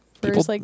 People